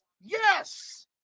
yes